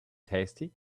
tasty